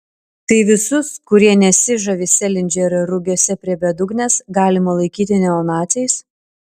tai visus kurie nesižavi selindžerio rugiuose prie bedugnės galima laikyti neonaciais